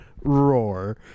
roar